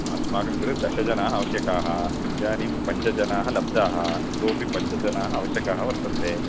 अस्माकं कृते दशजनाः आवश्यकाः इदानीं पञ्चजनाः लब्धाः इतोपि पञ्चजनाः आवश्यकाः वर्तन्ते